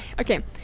Okay